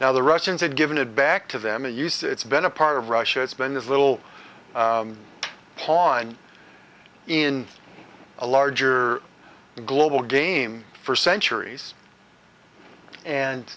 now the russians had given it back to them it used to it's been a part of russia it's been this little pawn in a larger global game for centuries and